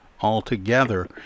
altogether